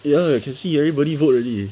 ya can see everybody vote already